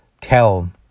tell